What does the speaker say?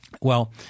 Well-